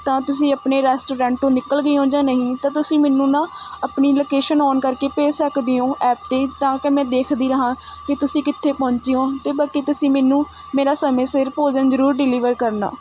ਤਾਂ ਤੁਸੀਂ ਆਪਣੇ ਰੈਸਟੋਰੈਂਟ ਤੋਂ ਨਿਕਲ ਗਏ ਹੋ ਜਾਂ ਨਹੀਂ ਤਾਂ ਤੁਸੀਂ ਮੈਨੂੰ ਨਾ ਆਪਣੀ ਲੌਕੇਸ਼ਨ ਔਨ ਕਰਕੇ ਭੇਜ ਸਕਦੇ ਹੋ ਐਪ 'ਤੇ ਤਾਂ ਕਿ ਮੈਂ ਦੇਖਦੀ ਰਹਾਂ ਕਿ ਤੁਸੀਂ ਕਿੱਥੇ ਪਹੁੰਚੇ ਹੋ ਅਤੇ ਬਾਕੀ ਤੁਸੀਂ ਮੈਨੂੰ ਮੇਰਾ ਸਮੇਂ ਸਿਰ ਭੋਜਨ ਜ਼ਰੂਰ ਡਿਲੀਵਰ ਕਰਨਾ